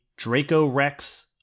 Dracorex